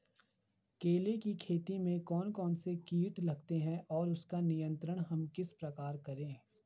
केले की खेती में कौन कौन से कीट लगते हैं और उसका नियंत्रण हम किस प्रकार करें?